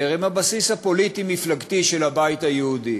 הם הבסיס הפוליטי-מפלגתי של הבית היהודי.